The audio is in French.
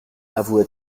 avoua